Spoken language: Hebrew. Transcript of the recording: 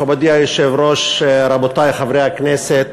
מכובדי היושב-ראש, רבותי חברי הכנסת,